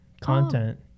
content